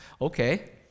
okay